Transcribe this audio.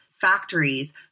factories